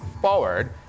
forward